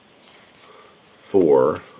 four